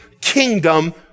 kingdom